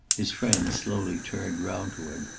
his friend slowly turned round to him.